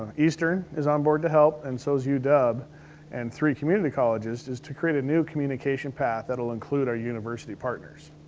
eastern is on board to help, and so is u-dub and three community colleges. is to create a new communication path that'll include our university partners.